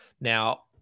Now